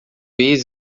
veias